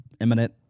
imminent